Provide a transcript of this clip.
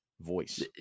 voice